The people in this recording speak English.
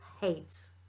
hates